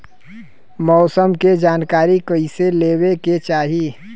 मौसम के जानकारी कईसे लेवे के चाही?